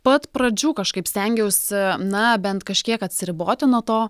pat pradžių kažkaip stengiausi na bent kažkiek atsiriboti nuo to